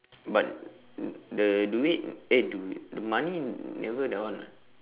but the duit eh duit the money never that one [what]